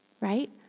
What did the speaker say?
Right